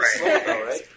Right